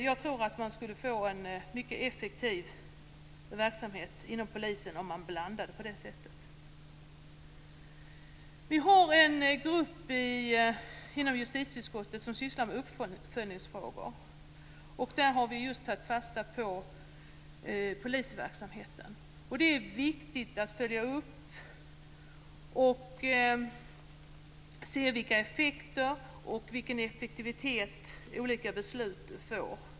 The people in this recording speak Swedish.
Jag tror att det skulle bli en mycket effektiv verksamhet inom polisen om man blandade på det sättet. Vi har en grupp inom justitieutskottet som sysslar med uppföljningsfrågor. Där har vi just tagit fasta på polisverksamheten. Det är viktigt att följa upp effekterna av olika beslut och se vilken effektivitet de leder till.